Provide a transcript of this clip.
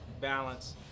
balance